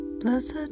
Blessed